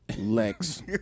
Lex